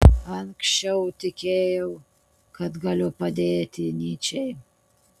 anksčiau tikėjau kad galiu padėti nyčei